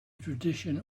tradition